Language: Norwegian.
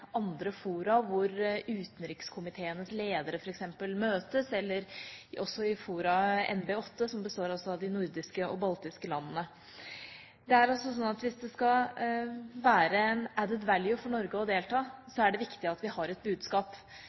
andre fora hvor utenrikskomiteenes ledere, f.eks., møtes, eller i forumet NB 8, som består av de nordiske og baltiske landene. Det er slik at hvis det skal være en «added value» for Norge å delta, er det viktig at vi har et budskap,